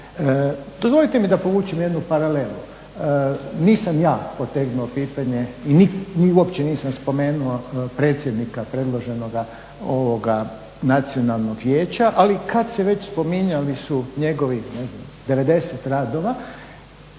Dozvolite mi da povučem jednu paralelu. Nisam ja potegnuo pitanje i uopće nisam spomenuo predsjednika predloženoga ovoga Nacionalnog vijeća, ali kad se već spominjali su njegovih 90 radova,